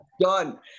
done